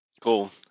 Cool